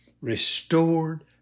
Restored